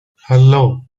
hello